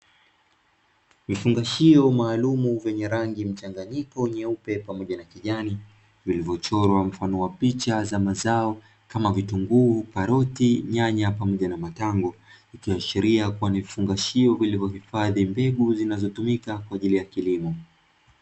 Vifungashio maalumu vyenye rangi mchanganyiko nyeupe pamoja na kijani vilivyochorwa mfano wa picha za mazao kama; vitunguu, karoti, nyanya pamoja na matango; ikiashiria kuwa ni vifungashio vilivyohifadhi mbegu zinazotumika kwa ajili ya kilimo.